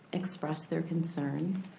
express their concerns.